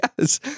Yes